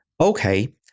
okay